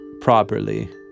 properly